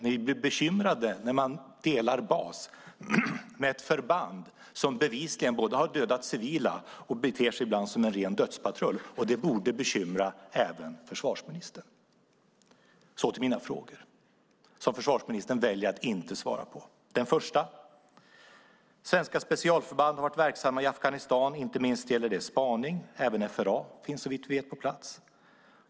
Vi blir bekymrade när man delar bas med ett förband som bevisligen både har dödat civila och ibland beter sig som en ren dödspatrull. Det borde bekymra även försvarsministern. Så till mina frågor, som försvarsministern väljer att inte svara på. Den första: Svenska specialförband har varit verksamma i Afghanistan. Inte minst gäller det spaning - även FRA finns såvitt vi vet på plats.